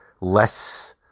less